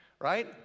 right